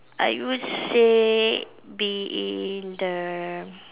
I would say be in the